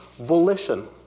Volition